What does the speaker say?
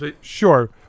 Sure